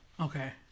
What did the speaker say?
Okay